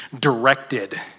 directed